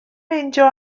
meindio